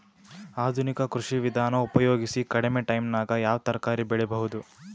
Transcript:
ಆಧುನಿಕ ಕೃಷಿ ವಿಧಾನ ಉಪಯೋಗಿಸಿ ಕಡಿಮ ಟೈಮನಾಗ ಯಾವ ತರಕಾರಿ ಬೆಳಿಬಹುದು?